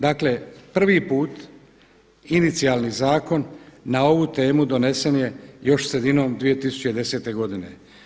Dakle, prvi put inicijalni zakon na ovu temu donesen je još sredinom 2010. godine.